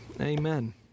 Amen